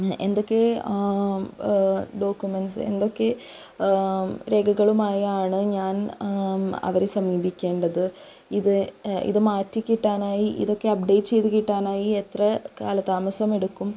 എന്തൊക്കെ ഡോക്കുമെൻസ് എന്തൊക്കെ രേഖകളുമായാണ് ഞാൻ അവരെ സമീപിക്കേണ്ടത് ഇത് ഇത് മാറ്റിക്കിട്ടാനായി ഇതൊക്കെ അപ്ഡേറ്റ് ചെയ്ത് കിട്ടാനായി എത്ര കാലതാമസം എടുക്കും